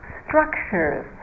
structures